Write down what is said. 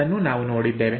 ಅದನ್ನೂ ನಾವು ನೋಡಿದ್ದೇವೆ